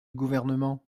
gouvernement